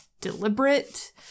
deliberate